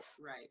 right